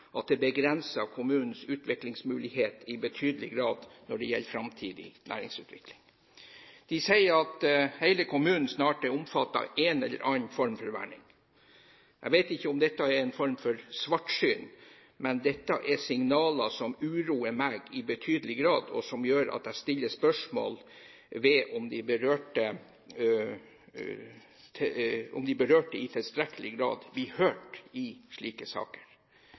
at det begrenser kommunens utviklingsmulighet i betydelig grad når det gjelder framtidig næringsutvikling. De sier at hele kommunen snart er omfattet av en eller annen form for verning. Jeg vet ikke om dette er en form for svartsyn, men det er signaler som uroer meg i betydelig grad, og som gjør at jeg stiller spørsmål ved om de berørte i tilstrekkelig grad blir hørt i slike saker. Derfor tror jeg at mer lokal innflytelse er en styrke når slike saker